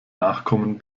nachkommen